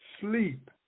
sleep